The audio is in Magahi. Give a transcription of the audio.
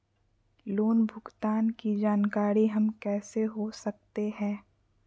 लोन भुगतान की जानकारी हम कैसे हो सकते हैं?